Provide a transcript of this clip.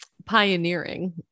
pioneering